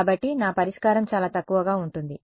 కాబట్టి నా పరిష్కారం చాలా తక్కువగా ఉంటుంది